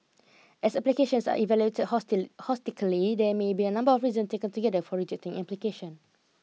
as applications are evaluated holistic holistically there may be a number of reasons taken together for rejecting application